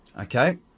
okay